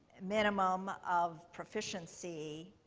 minimum of proficiency.